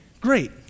great